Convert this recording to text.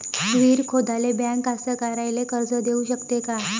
विहीर खोदाले बँक कास्तकाराइले कर्ज देऊ शकते का?